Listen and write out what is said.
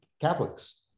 Catholics